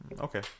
Okay